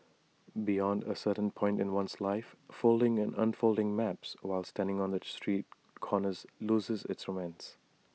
beyond A certain point in one's life folding and unfolding maps while standing on street corners loses its romance